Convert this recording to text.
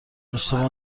اشتباه